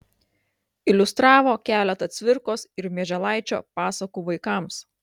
iliustravo keletą cvirkos ir mieželaičio pasakų vaikams